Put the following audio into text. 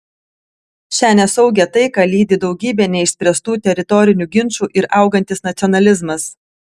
šią nesaugią taiką lydi daugybė neišspręstų teritorinių ginčų ir augantis nacionalizmas